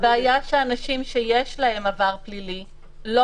הבעיה היא שאנשים שיש להם עבר פלילי לא